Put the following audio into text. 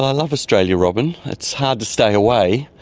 ah love australia, robyn, it's hard to stay away,